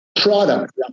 product